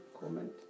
comment